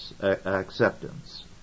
acceptance